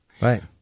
Right